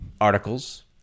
articles